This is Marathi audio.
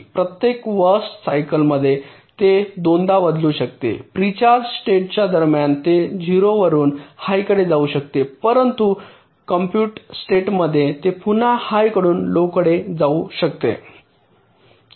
प्रत्येक वर्स्ट सायकल मध्ये ते दोनदा बदलू शकते प्री चार्ज स्टेटच्या दरम्यान ते 0 वरुन हाय कडे जाऊ शकते पुन्हा कॉम्पुट स्टेट मध्ये ते पुन्हा हाय कडून लो कडे जाऊ शकते